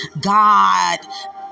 God